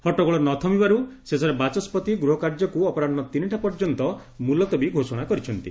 ହଟଗୋଳ ନ ଥମିବାରୁ ଶେଷରେ ବାଚସ୍ୱତି ଗୃହ କାର୍ଯ୍ୟକୁ ଅପରାହ୍ମ ତିନିଟା ପର୍ଯ୍ୟନ୍ତ ମୁଲତବି ଘୋଷଣା କରିଛନ୍ତି